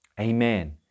Amen